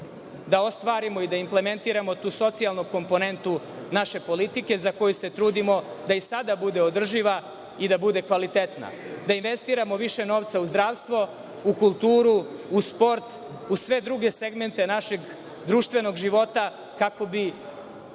da ostvarimo i da implementiramo tu socijalnu komponentu naše politike za koju se i sada trudimo da bude održiva i da bude kvalitetna. Da investiramo više novca u zdravstvo, u kulturu, u sport, u sve druge segmente našeg društvenog života, kako